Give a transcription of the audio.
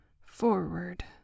forward